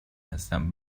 هستم